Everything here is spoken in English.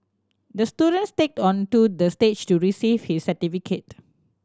the student skated onto the stage to receive his certificate